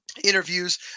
Interviews